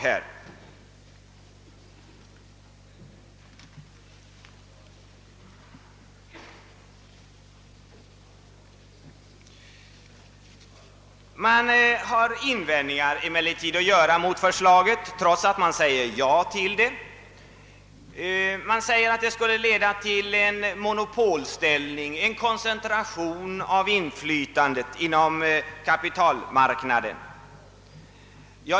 Folkpartisterna och centern har emellertid invändningar att göra mot förslaget trots att man säger Ja. Man framhåller att det skulle leda till en monopolställning, till en koncentration av inflytandet på kapitalmarknaden.